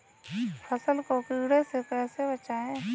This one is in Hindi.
फसल को कीड़े से कैसे बचाएँ?